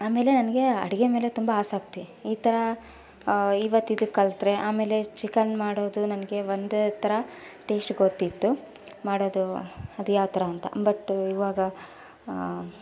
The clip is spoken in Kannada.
ಆಮೇಲೆ ನನಗೆ ಅಡುಗೆ ಮೇಲೆ ತುಂಬ ಆಸಕ್ತಿ ಈ ಥರ ಇವತ್ತು ಇದು ಕಲಿತ್ರೆ ಆಮೇಲೆ ಚಿಕನ್ ಮಾಡೋದು ನನಗೆ ಒಂದೇ ಥರ ಟೇಸ್ಟ್ ಗೊತ್ತಿತ್ತು ಮಾಡೋದು ಅದು ಯಾವ ಥರ ಅಂತ ಬಟ್ ಇವಾಗ